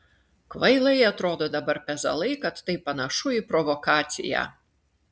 kvailai atrodo dabar pezalai kad tai panašu į provokaciją